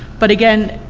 but again,